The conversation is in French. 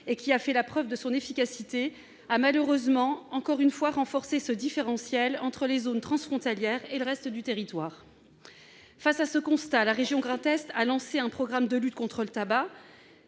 et qui a fait la preuve de son efficacité, a malheureusement encore renforcé ce différentiel entre les zones transfrontalières et le reste du territoire. Face à ce constat, la région Grand Est a lancé un programme de lutte contre le tabac.